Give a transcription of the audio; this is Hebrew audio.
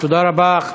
תודה רבה.